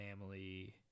family